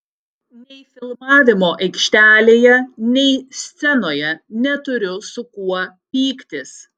nei filmavimo aikštelėje nei scenoje neturiu su kuo pyktis